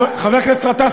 חבר הכנסת גטאס,